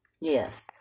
Yes